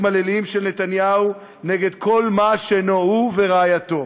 הליליים של נתניהו נגד כל מה שאינו הוא ורעייתו,